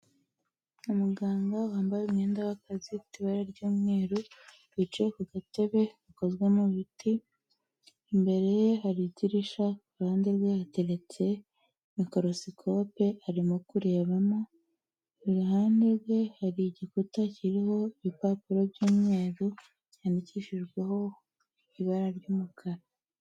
Umuganga wambaye umwenda w’akazi ibara ry’umweru, wicaye ku gatebe gakozwe mu biti, imbere ye hari idirisha, iruhande rwe yateretse mikorosikope arimo kurebamo, iruhande hari igikuta kiriho ibipapuro by'umweru cyandikishijweho ibara ry'umukara.